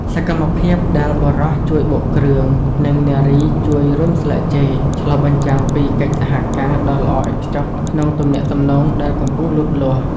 សកម្មភាពដែលបុរសជួយបុកគ្រឿង និងនារីជួយរុំស្លឹកចេក ឆ្លុះបញ្ចាំងពីកិច្ចសហការដ៏ល្អឥតខ្ចោះក្នុងទំនាក់ទំនងដែលកំពុងលូតលាស់។